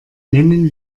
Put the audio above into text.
nennen